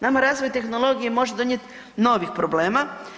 Nama razvoj tehnologije može donijet novih problema.